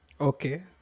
okay